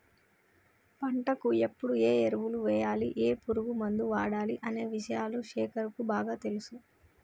పంటకు ఎప్పుడు ఏ ఎరువులు వేయాలి ఏ పురుగు మందు వాడాలి అనే విషయాలు శేఖర్ కు బాగా తెలుసు